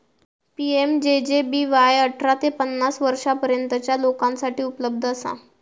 PMJJBY अठरा ते पन्नास वर्षांपर्यंतच्या लोकांसाठी उपलब्ध असा